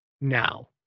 Now